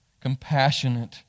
compassionate